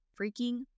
freaking